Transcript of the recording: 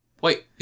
wait